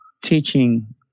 teaching